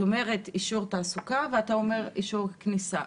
את אומרת רישיון תעסוקה, ואתה אומר אישור כניסה.